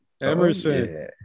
Emerson